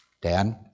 Dan